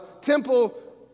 temple